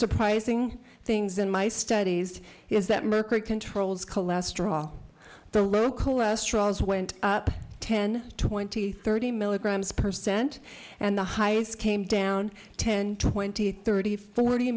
surprising things in my studies is that mercury controls cholesterol the low cholesterol is went up ten twenty thirty milligrams per cent and the highest came down ten twenty thirty forty